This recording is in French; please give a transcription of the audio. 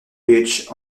beach